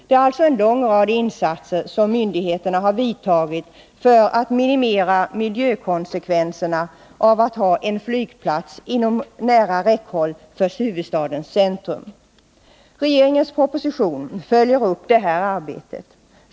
Det är alltså en lång rad åtgärder som myndigheterna har vidtagit för att minimera miljökonsekvenserna av att ha en flygplats inom nära räckhåll från huvudstadens centrum. Regeringens proposition följer upp det här arbetet.